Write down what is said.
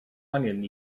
angen